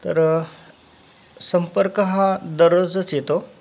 तर संपर्क हा दररोजच येतो